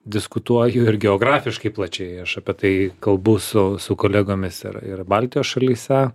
diskutuoju ir geografiškai plačiai aš apie tai kalbu su su kolegomis ir ir baltijos šalyse